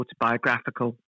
autobiographical